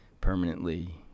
permanently